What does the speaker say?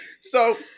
So-